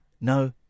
no